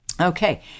Okay